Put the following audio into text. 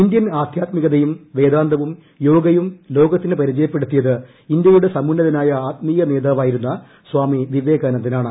Indian ആധ്യാത്മികതയും വേദാന്തവും യോഗയും ലോകത്തിന് പരിചയപ്പെടുത്തിയത് ഇന്ത്യയുടെ സമുന്നതനായ ആത്മീയ നേതാവായിരുന്ന സ്വാമി വിവേകാനന്ദനാണ്